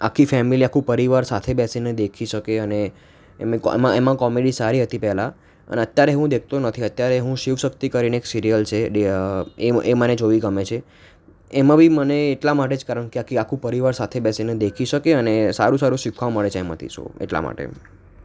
આખી ફેમેલી આખું પરિવાર સાથે બેસીને દેખી શકે અને એમેકો એમાં એમાં કોમેડી સારી હતી પહેલાં અને અત્યારે હું દેખતો નથી અત્યારે હું શિવ શક્તિ કરીને એક સિરિયલ છે ડે એ મ એ મને જોવી ગમે છે એમાં બી મને એટલા માટે જ કારણ કે આખી આખું પરિવાર સાથે બેસીને દેખી શકે અને સારું સારું શીખવા મળે છે એમાંથી સો એટલા માટે